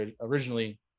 originally